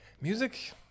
music